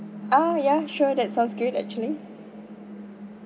oh ya sure that sounds good actually